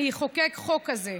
אני אחוקק חוק כזה,